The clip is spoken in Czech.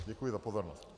Děkuji za pozornost.